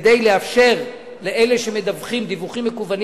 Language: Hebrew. כדי לאפשר לאלה שמדווחים דיווחים מקוונים